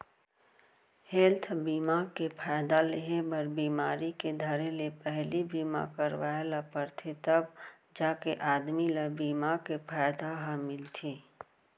health बीमा के फायदा लेहे बर बिमारी के धरे ले पहिली बीमा करवाय ल परथे तव जाके आदमी ल बीमा के फायदा ह मिलथे